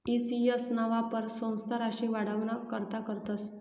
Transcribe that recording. E C S ना वापर संस्था राशी वाढावाना करता करतस